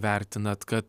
vertinat kad